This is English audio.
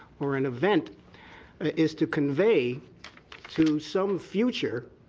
or an event is to convey to some future